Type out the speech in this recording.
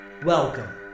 Welcome